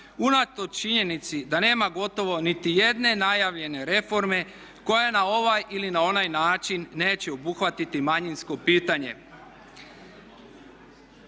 unatoč činjenici da nema gotovo niti jedne najavljene reforme koja na ovaj ili na onaj način neće obuhvatiti manjinsko pitanje.